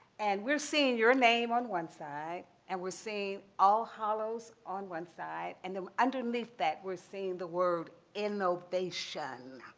and we're seeing your name on one side and we're seeing all hallows on one side and then underneath that we're seeing the word innovation.